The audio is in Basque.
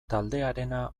taldearena